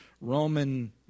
Roman